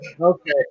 okay